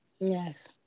Yes